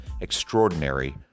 extraordinary